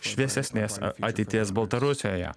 šviesesnės ateities baltarusijoje